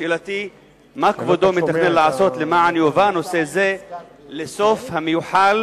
שאלתי היא: מה כבודו מתכנן לעשות למען יובא נושא זה לסוף המיוחל